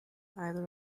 either